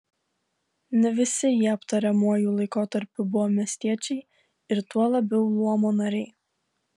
ne visi jie aptariamuoju laikotarpiu buvo miestiečiai ir tuo labiau luomo nariai